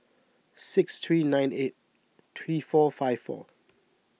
six three nine eight three four five four